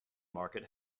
market